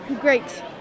Great